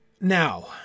Now